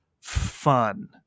fun